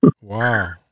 Wow